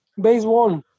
baseball